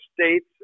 states